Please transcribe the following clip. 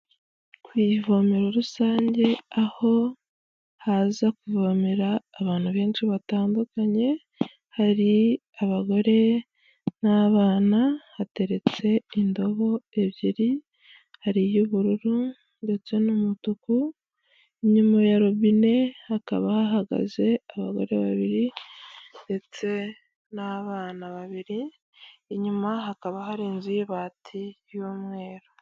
Kroku ivome rusange aho haza kuvomera abantu benshi batandukanye, hari abagore n'abana, hateretse indobo ebyiri, hari iy'ubururu ndetse n'umutuku, inyuma ya robine hakaba hahagaze abagore babiri ndetse n'abana babiri, inyuma hakaba hari inzu y'ibati y'umweru.